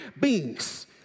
beings